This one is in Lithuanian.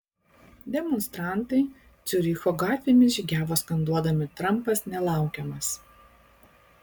demonstrantai ciuricho gatvėmis žygiavo skanduodami trampas nelaukiamas